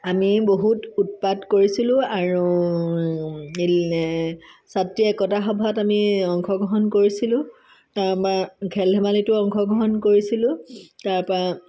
আমি বহুত উৎপাত কৰিছিলো আৰু হেৰি ছাত্ৰী একতা সভাত আমি অংশগ্ৰহণ কৰিছিলো তাৰপা খেল ধেমালিতো অংশগ্ৰহণ কৰিছিলো তাৰপা